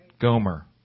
Gomer